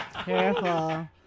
Careful